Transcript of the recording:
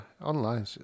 Online